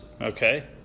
Okay